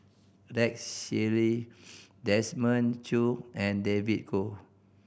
Rex Shelley Desmond Choo and David Kwo